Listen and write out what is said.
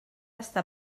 està